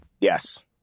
Yes